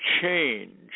change